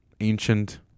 ancient